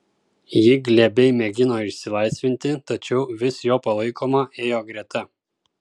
ji glebiai mėgino išsilaisvinti tačiau vis jo palaikoma ėjo greta